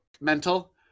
mental